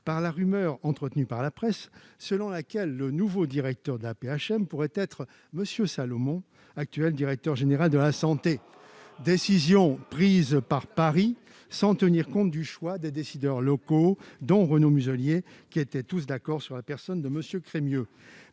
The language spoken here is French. -par la rumeur entretenue par la presse selon laquelle le nouveau directeur de l'AP-HM pourrait être M. Salomon, actuel directeur général de la santé, décision prise par Paris, sans tenir compte du choix des décideurs locaux, dont Renaud Muselier, qui étaient tous d'accord sur la personne de M. Crémieux.